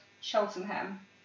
Cheltenham